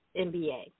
NBA